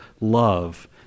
love